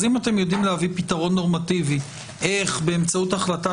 אז אם אתם יודעים להביא פתרון נורמטיבי איך באמצעות החלטה